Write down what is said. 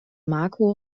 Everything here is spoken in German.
marco